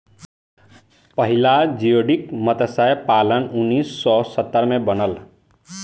पहिला जियोडक मतस्य पालन उन्नीस सौ सत्तर में बनल